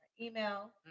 email